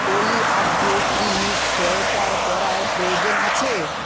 অলি আজকে কি সোয়েটার পরার প্রয়োজন আছে